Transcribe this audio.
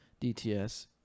DTS